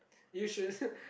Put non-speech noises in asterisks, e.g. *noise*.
you should *laughs*